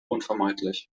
unvermeidlich